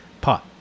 pot